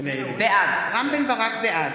בעד נפתלי בנט, אינו